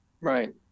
right